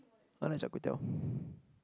Malaysia kway-teow